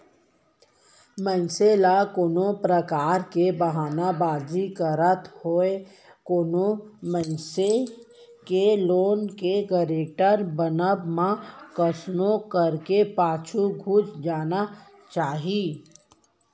मनसे ल कोनो परकार के बहाना बाजी करत होय कोनो मनसे के लोन के गारेंटर बनब म कइसनो करके पाछू घुंच जाना चाही